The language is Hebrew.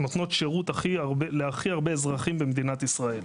נותנות שירות להכי הרבה אזרחים במדינת ישראל.